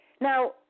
Now